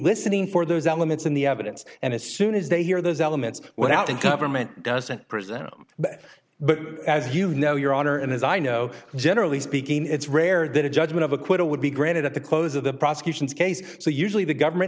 listening for those elements in the evidence and as soon as they hear those elements went out and cover meant doesn't presume but but as you know your honor and as i know generally speaking it's rare that a judgment of acquittal would be granted at the close of the prosecution's case so usually the government